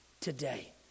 today